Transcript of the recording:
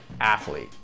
athlete